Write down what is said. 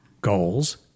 goals